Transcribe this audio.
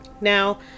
now